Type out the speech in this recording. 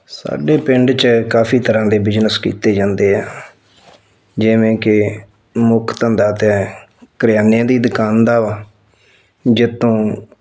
ਸਾਡੇ ਪਿੰਡ 'ਚ ਕਾਫੀ ਤਰ੍ਹਾਂ ਦੇ ਬਿਜ਼ਨਸ ਕੀਤੇ ਜਾਂਦੇ ਆ ਜਿਵੇਂ ਕਿ ਮੁੱਖ ਧੰਦਾ ਤਾਂ ਕਰਿਆਨੇ ਦੀ ਦੁਕਾਨ ਦਾ ਵਾ ਜਿਸ ਤੋਂ